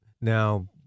Now